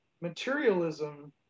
materialism